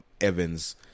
Evans